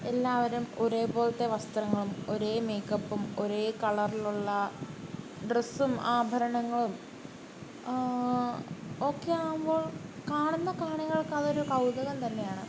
എല്ലാവരും ഒരേപോലത്തെ വസ്ത്രങ്ങളും ഒരേ മേക്കപ്പും ഒരേ കളറിലുള്ള ഡ്രെസ്സും ആഭരണങ്ങളും ഓക്കെയാവുമ്പോൾ കാണുന്ന കാണികൾക്കതൊരു കൗതുകം തന്നെയാണ്